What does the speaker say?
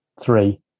three